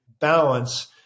balance